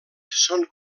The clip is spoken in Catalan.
són